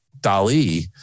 Dali